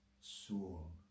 soul